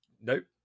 nope